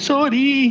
Sorry